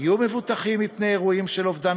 ויהיו מבוטחים מפני אירועים של אובדן